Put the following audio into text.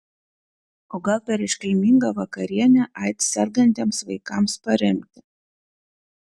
o gal per iškilmingą vakarienę aids sergantiems vaikams paremti